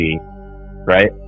right